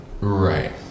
Right